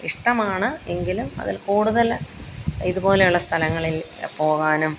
ഇഷ്ടമാണ് എങ്കിലും അതില് കൂടുതൽ ഇതുപോലെയുള്ള സ്ഥലങ്ങളില് പോവാനും